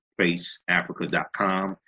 faceafrica.com